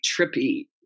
trippy